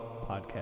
podcast